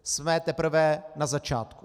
Jsme teprve na začátku.